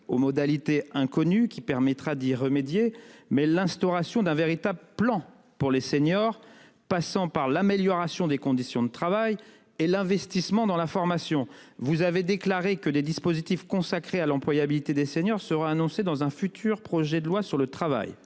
aux modalités inconnu qui permettra d'y remédier. Mais l'instauration d'un véritable plan pour les seniors passant par l'amélioration des conditions de travail et l'investissement dans la formation. Vous avez déclaré que des dispositifs consacrée à l'employabilité des seniors sera annoncé dans un futur projet de loi sur le travail.